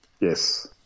Yes